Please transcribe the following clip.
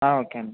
okay అండి